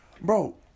bro